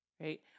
right